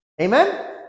Amen